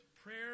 prayer